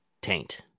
Taint